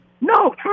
No